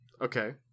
Okay